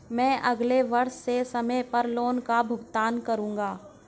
मैं अगले वर्ष से समय पर लोन का भुगतान करूंगा